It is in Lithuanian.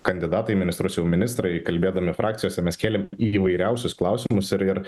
kandidatai į ministrus jau ministrai kalbėdami frakcijose mes kėlėm įvairiausius klausimus ir ir